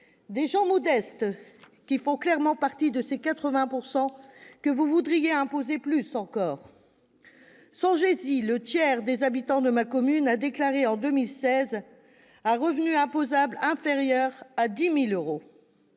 des gens modestes qui font clairement partie de ces 80 % que vous voudriez imposer plus encore. Songez-y : le tiers des habitants de ma commune a déclaré en 2016 un revenu imposable inférieur à 10 000 euros